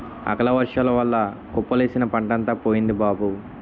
అకాలవర్సాల వల్ల కుప్పలేసిన పంటంతా పోయింది బాబూ